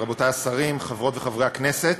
רבותי השרים, חברות וחברי הכנסת,